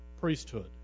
priesthood